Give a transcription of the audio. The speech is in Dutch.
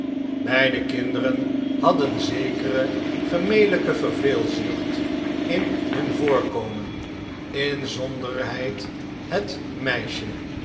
beide kinderen hadden zekere gemelijke verveelzucht in hun voorkomen inzonderheid het meisje